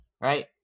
right